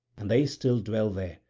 and they still dwell there,